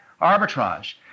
arbitrage